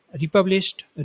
republished